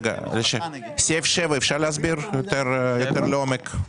סעיף (7) אפשר להסביר יותר לעומק?